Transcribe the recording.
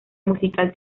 musical